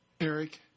Eric